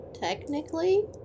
Technically